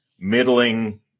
middling